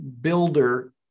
builder